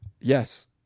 Yes